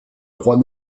trois